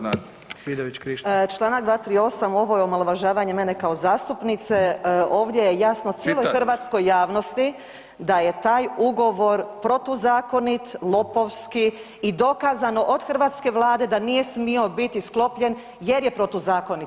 Članak 238. ovo je omalovažavanje mene kao zastupnice, ovdje je jasno cijeloj hrvatskoj javnosti da je taj ugovor protuzakonit, lopovski i dokazano od hrvatske Vlade da nije smio biti sklopljen jer je protuzakonit.